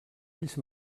ells